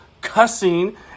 cussing